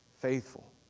faithful